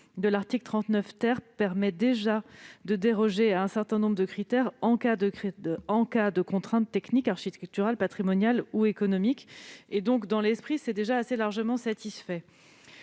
de l'article 39 permet déjà de déroger à un certain nombre de critères en cas de contraintes techniques, architecturales, patrimoniales ou économiques. L'objectif de ces amendements est donc assez largement satisfait.